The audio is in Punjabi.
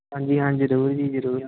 ਹਾਂਜੀ ਹਾਂਜੀ ਜ਼ਰੂਰ ਜੀ ਜ਼ਰੂਰ